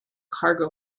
cargo